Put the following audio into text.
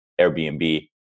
Airbnb